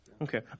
Okay